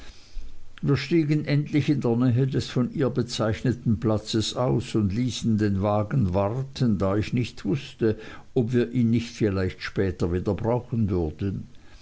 wir stiegen endlich in der nähe des von ihr bezeichneten platzes aus und ich ließ den wagen warten da ich nicht wußte ob wir ihn nicht vielleicht später wieder brauchen würden